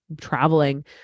traveling